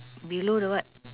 below the what